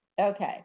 Okay